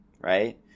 right